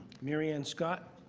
mary ann scott.